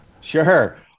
Sure